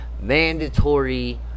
mandatory